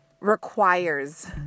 requires